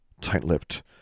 tight-lipped